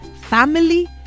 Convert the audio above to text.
family